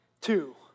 two